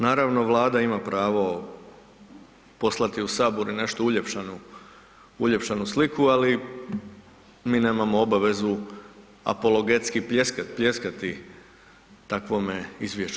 Naravno, Vlada ima pravo poslati u sabor nešto uljepšanu, uljepšanu sliku, ali mi nemamo obavezu apologetski pljeskat, pljeskati takvome izvješću.